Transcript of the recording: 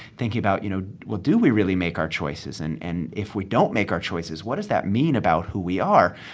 thinking about, you know, well, do we really make our choices? and and if we don't make our choices, what does that mean about who we are?